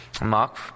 Mark